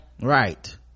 Right